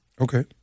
Okay